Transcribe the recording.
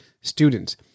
students